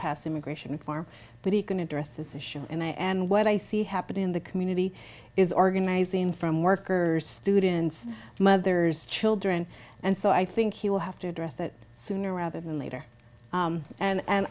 pass immigration reform but he can address this issue and what i see happening in the community is organizing from workers students mothers children and so i think he will have to address that sooner rather than later and